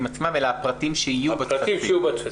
הטפסים עצמם אלא הפרטים שיהיו בטפסים.